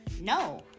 no